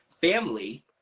family